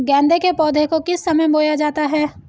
गेंदे के पौधे को किस समय बोया जाता है?